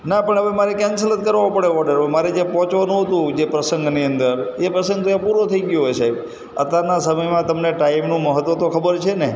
ના પણ હવે મારે કેન્સલ જ કરવો પડે ઓર્ડર મારે જ્યાં પહોંચવાનું હતું જે પ્રસંગની અંદર એ પ્રસંગ છે એ પૂરો થઈ ગયો સાહેબ અત્યારના સમયમાં તમને ટાઈમનું મહત્ત્વ તો ખબર છે ને